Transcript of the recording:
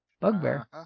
bugbear